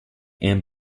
and